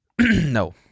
No